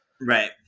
right